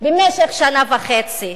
במשך שנה וחצי.